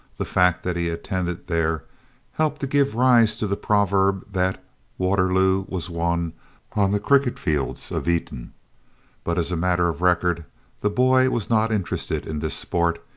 the fact that he attended there helped to give rise to the proverb that waterloo was won on the cricket fields of eton but as a matter of record the boy was not interested in this sport.